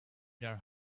their